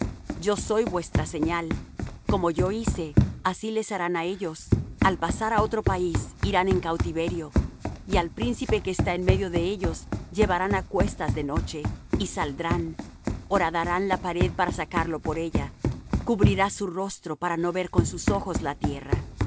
yo soy vuestra señal como yo hice así les harán á ellos al pasar á otro país irán en cautiverio y al príncipe que está en medio de ellos llevarán á cuestas de noche y saldrán horadarán la pared para sacarlo por ella cubrirá su rostro para no ver con sus ojos la tierra